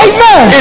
Amen